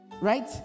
right